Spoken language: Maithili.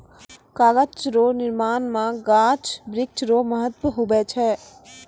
कागज रो निर्माण मे गाछ वृक्ष रो महत्ब हुवै छै